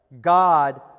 God